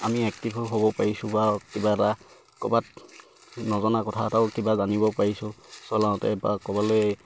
আমি এক্টিভ হ'ব পাৰিছোঁ বা কিবা এটা ক'ৰবাত নজনা কথা এটাও কিবা জানিব পাৰিছোঁ চলাওঁতে বা ক'বালে